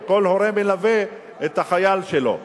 או כל הורה מלווה את החייל שלו.